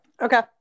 Okay